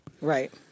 Right